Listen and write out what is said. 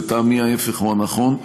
לטעמי, ההפך הוא הנכון.